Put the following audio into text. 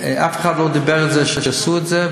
אף אחד לא דיבר על זה כשעשו את זה,